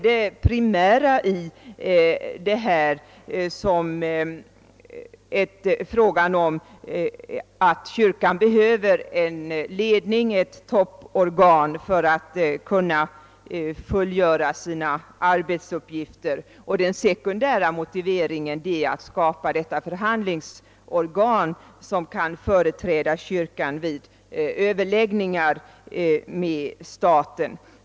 Det primära i denna fråga är att kyrkan behöver en ledning — ett topporgan — för att kunna fullgöra sina arbetsuppgifter. Den sekundära motiveringen är att skapa ett sådant förhandlingsorgan som kan företräda kyrkan vid överläggningar med staten.